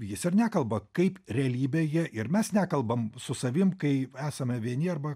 jis ir nekalba kaip realybėje ir mes nekalbam su savim kai esame vieni arba